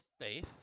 Faith